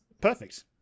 Perfect